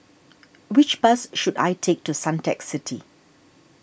which bus should I take to Suntec City